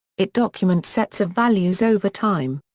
it documents sets of values over time.